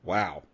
Wow